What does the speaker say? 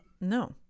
no